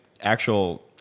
actual